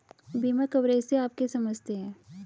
बीमा कवरेज से आप क्या समझते हैं?